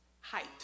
height